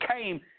came